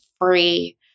free